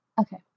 Okay